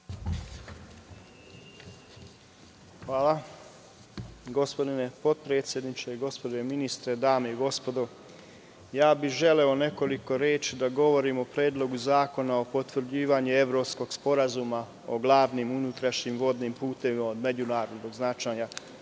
Hvala. Gospodine podpredsedniče, gospodine ministre, dame i gospodo, želeo bih nekoliko reči da kažem o Predlogu zakona o potvrđivanju Evropskog sporazuma o glavnim unutrašnjim vodnim putevima od međunarodnog značaja,